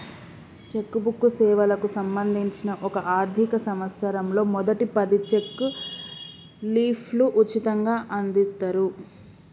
check book సేవలకు సంబంధించి ఒక ఆర్థిక సంవత్సరంలో మొదటి పది చెక్ లీఫ్లు ఉచితంగ అందిత్తరు